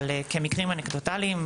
אבל כמקרים אנקדוטיאליים,